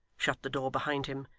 shut the door behind him,